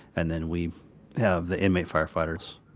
and then we have the inmate firefighters